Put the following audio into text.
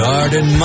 Garden